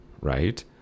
right